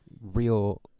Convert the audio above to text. real